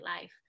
life